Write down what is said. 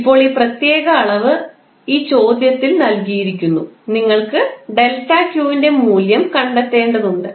ഇപ്പോൾ ഈ പ്രത്യേക അളവ് ഈ ചോദ്യത്തിൽ നൽകിയിരിക്കുന്നു നിങ്ങൾക്ക് ∆𝑞 ൻറെ മൂല്യം കണ്ടെത്തേണ്ടതുണ്ട്